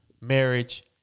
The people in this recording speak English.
marriage